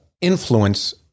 influence